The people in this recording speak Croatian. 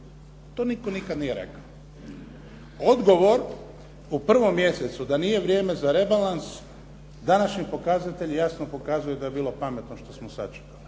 to nitko nikad nije rekao. Odgovor u prvom mjesecu da nije vrijeme za rebalans današnji pokazatelji jasno pokazuju da je bilo pametno što smo sačekali.